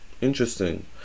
Interesting